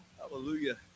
hallelujah